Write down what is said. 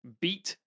beat